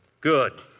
Good